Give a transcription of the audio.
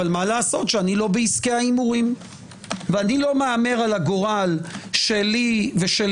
אבל אני לא בעסקי ההימורים ואני לא מהמר על הגורל שלי ושל